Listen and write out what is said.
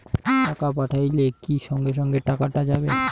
টাকা পাঠাইলে কি সঙ্গে সঙ্গে টাকাটা যাবে?